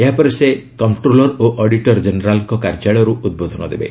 ଏହାପରେ ସେ କମ୍ପ୍ରୋଲର୍ ଓ ଅଡିଟର୍ ଜେନେରାଲ୍ଙ୍କ କାର୍ଯ୍ୟାଳୟରୁ ଉଦ୍ବୋଧନ ଦେବେ